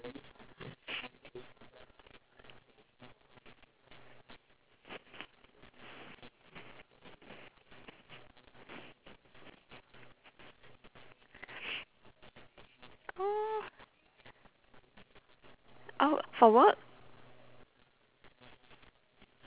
oh for work